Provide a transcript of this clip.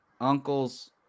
uncles